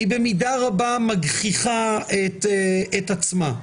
היא במידה רבה מגחיכה את עצמה.